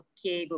Okay